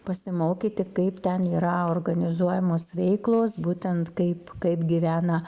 pasimokyti kaip ten yra organizuojamos veiklos būtent kaip kaip gyvena